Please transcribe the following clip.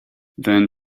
then